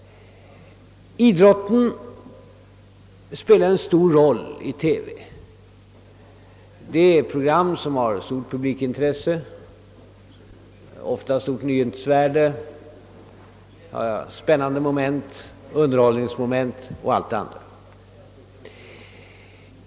Idrotten spelar en stor roll i TV. Det är program som har stort publikintresse, ofta stort nyhetsvärde, spännande moment, underhållningsmoment m.m.